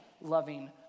loving